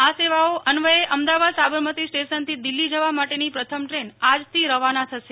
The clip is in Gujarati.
આ સેવાઓ અન્વયે અમદાવાદ સાબરમતી સ્ટેશનથી દિલ્હી જવા માટેની પ્રથમ ટ્રેન આજે રવાના થશે